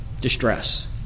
distress